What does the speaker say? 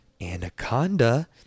Anaconda